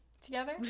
together